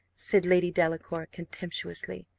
said lady delacour, contemptuously.